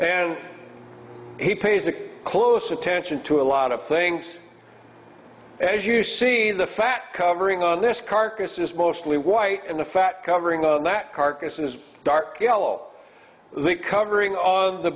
and he pays a close attention to a lot of things as you see the fact covering on this carcass is mostly white and the fat covering that carcassonne is dark yellow the covering on the